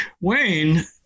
Wayne